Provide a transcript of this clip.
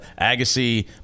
Agassi